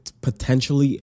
potentially